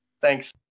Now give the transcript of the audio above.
Thanks